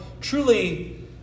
truly